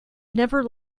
never